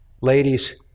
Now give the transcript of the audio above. ladies